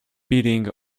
beating